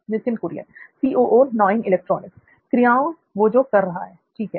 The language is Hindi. नित्थिन कुरियन क्रियाएं जो वह कर रहा है ठीक है